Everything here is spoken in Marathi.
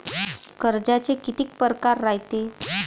कर्जाचे कितीक परकार रायते?